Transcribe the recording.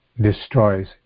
destroys